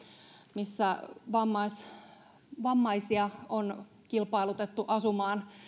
missä vammaisia vammaisia on kilpailutettu asumaan